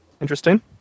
interesting